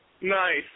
Nice